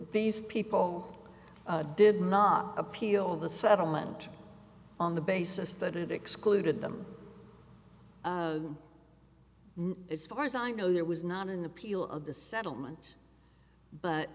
these people did not appeal the settlement on the basis that it excluded them as far as i know that was not an appeal of the settlement but